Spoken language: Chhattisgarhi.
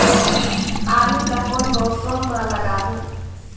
आलू ला कोन मौसम मा लगाबो?